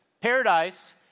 Paradise